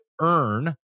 earn